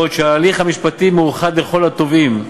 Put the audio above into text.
בעוד שההליך המשפטי מאוחד לכל התובעים,